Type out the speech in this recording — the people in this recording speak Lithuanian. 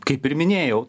kaip ir minėjau tai